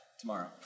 Tomorrow